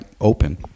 open